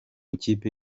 ikipe